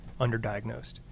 underdiagnosed